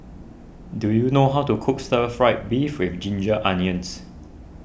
do you know how to cook Stir Fry Beef with Ginger Onions